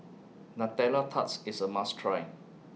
Nutella Tarts IS A must Try